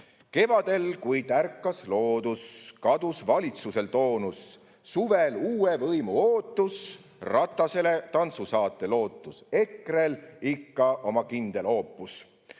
Kevadel, kui ärkas loodus, / kadus valitsusel toonus. / Suvel uue võimu ootus, / Ratasele tantsusaate lootus. / EKRE‑l ikka oma kindel oopus.